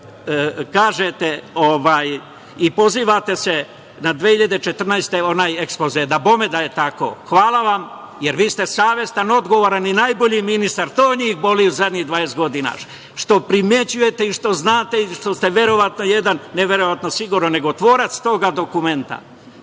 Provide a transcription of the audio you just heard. kažete i pozivate se na 2014. godinu i na onaj ekspoze. Dabome da je tako, hvala vam, jer ste vi savestan, odgovoran i najbolji ministar. To njih boli zadnjih 20 godina, što primećujete i što znate i što ste verovatno jedan, ne verovatno, nego sigurno tvorac tog dokumenta. Taj